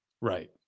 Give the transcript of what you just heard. Right